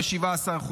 ב-17%,